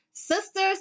Sisters